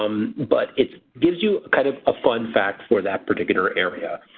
um but it gives you kind of a fun fact for that particular area.